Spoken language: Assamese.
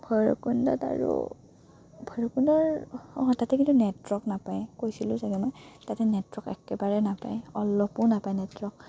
ভৈৰৱকুণ্ডত আৰু ভৈৰৱকুণ্ডৰ অঁ তাতে কিন্তু নেটৱৰ্ক নাপায় কৈছিলোঁ চাগে মই তাতে নেটৱৰ্ক একেবাৰে নাপায় অলপো নাপায় নেটৱৰ্ক